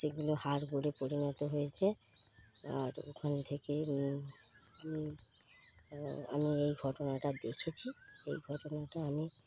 সেগুলো হাড়গোড়ে পরিণত হয়েছে আর ওখান থেকে আমি এই ঘটনাটা দেখেছি এই ঘটনাটা আমি